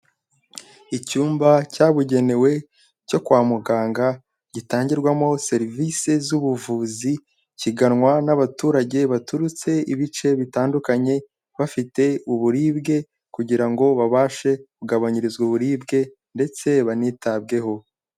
Icyumba cyabugenewe cyo kwa muganga gitangirwamo serivisi z'ubuvuzi, kiganwa n'abaturage baturutse ibice bitandukanye, bafite uburibwe kugira ngo babashe kugabanyirizwa uburibwe ndetse banitabweho.